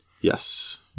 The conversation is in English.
Yes